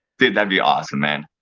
dude, that'd be awesome man.